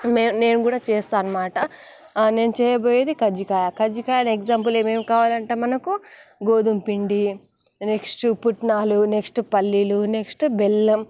నేను కూడా చేస్తానన్నమాట నేను చేయబోయేది కజ్జికాయ కజ్జికాయలు ఎక్జాంపుల్ ఏమేమి కావాలంటే మనకు గోధుమ పిండి నెక్స్ట్ పుట్నాలు నెక్స్ట్ పల్లీలు నెక్స్ట్ బెల్లం